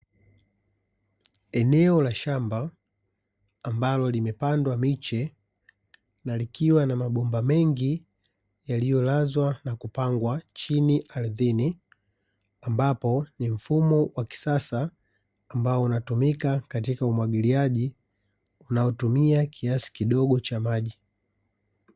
Eneo la la shamba ambalo limepandwa miche na likiwa na mabomba mengi yaliyolazwa na kupangwa chini ardhini, ambapo ni mfumo wa kisasa ambao unatumika katika umwagiliaji, unaotumia kiasi kidogo cha maji.